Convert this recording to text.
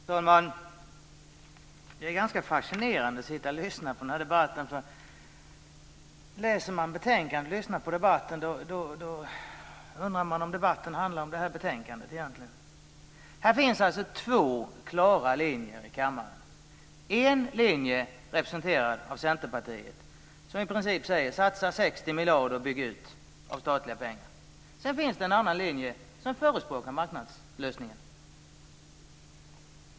Fru talman! Det är ganska fascinerande att lyssna på den här debatten. Läser man betänkandet och lyssnar på debatten undrar man om debatten egentligen handlar om det här betänkandet. Här finns alltså två klara linjer i kammaren. En linje representeras av Centerpartiet, som i princip säger: Satsa 60 miljarder av statliga pengar och bygg ut! Sedan finns det en annan linje som förespråkar marknadslösningen.